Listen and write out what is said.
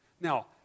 Now